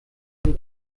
von